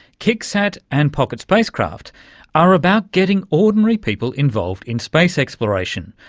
kicksat and pocket spacecraft are about getting ordinary people involved in space exploration,